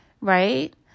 right